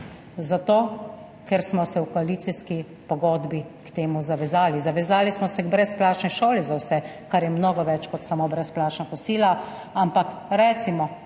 Zato ker smo se v koalicijski pogodbi k temu zavezali. Zavezali smo se k brezplačni šoli za vse, kar je mnogo več kot samo brezplačna kosila, ampak recimo,